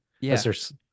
yes